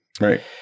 Right